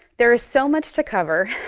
there is so much to cover,